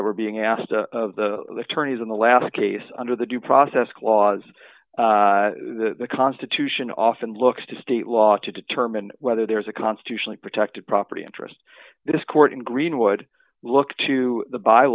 were being asked of the attorneys in the last case under the due process clause the constitution often looks to state law to determine whether there is a constitutionally protected property interest this court in green would look to the by